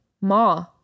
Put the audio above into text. ma